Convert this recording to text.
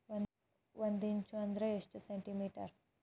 ಒಂದಿಂಚು ಅಂದ್ರ ಎಷ್ಟು ಸೆಂಟಿಮೇಟರ್?